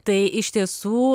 tai iš tiesų